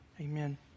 Amen